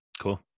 cool